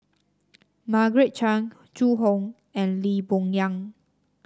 Margaret Chan Zhu Hong and Lee Boon Yang